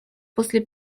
после